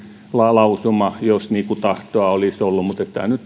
lausuma jos tahtoa olisi ollut tämä nyt